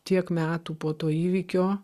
tiek metų po to įvykio